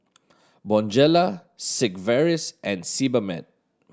Bonjela Sigvaris and Sebamed